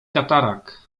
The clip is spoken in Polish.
tatarak